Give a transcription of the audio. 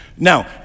Now